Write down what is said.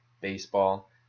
baseball